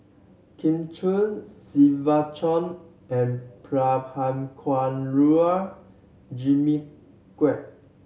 Kin Chui Siva Choy and Prabhakara Jimmy Quek